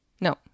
No